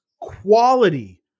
quality